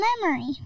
memory